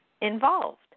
involved